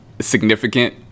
significant